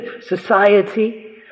society